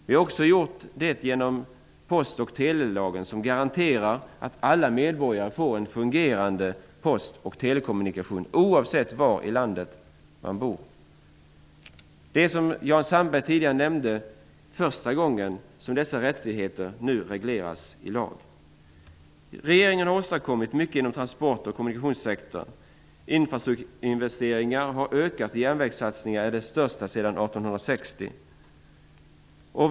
Det har vi också gjort genom post och telelagen som garanterar alla medborgare väl fungerande post och telekommunikationer, oavsett var i landet man bor. Det är, som Jan Sandberg tidigare nämnde, nu första gången som dessa rättigheter regleras i lag. Regeringen har åstadkommit mycket inom transport och kommunikationssektorn. Infrastrukturinvesteringarna har ökat, och järnvägssatsningen är den största sedan 1860-talet.